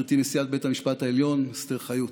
גברתי נשיאת בית המשפט העליון אסתר חיות,